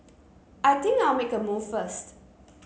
I think I'll make a move first